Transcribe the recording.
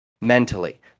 mentally